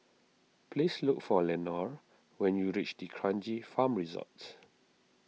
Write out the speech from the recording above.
please look for Lenore when you reach D Kranji Farm Resorts